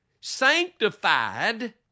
sanctified